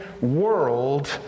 world